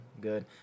good